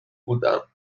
بودم